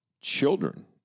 children